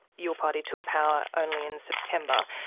your party took power only in september,